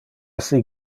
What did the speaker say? assi